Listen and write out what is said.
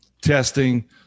testing